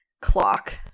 clock